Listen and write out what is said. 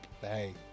Hey